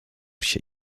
się